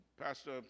Pastor